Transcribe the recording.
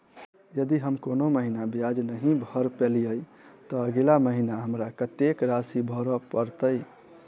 यदि हम कोनो महीना ब्याज नहि भर पेलीअइ, तऽ अगिला महीना हमरा कत्तेक राशि भर पड़तय?